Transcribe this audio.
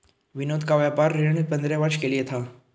विनोद का व्यापार ऋण पंद्रह वर्ष के लिए था